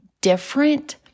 different